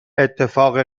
اتفاق